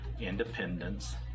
independence